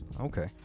okay